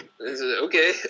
Okay